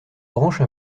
branches